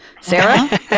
Sarah